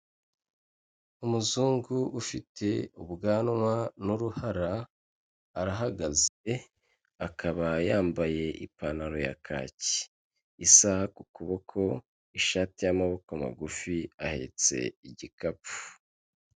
Umuzungu ufite ubwanwa n'uruhara arahagaze, akaba yambaye ipantaro ya kaki isaha ku kuboko, ishati y'amaboko magufi ahetse igikapu.